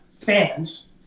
fans